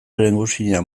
lehengusina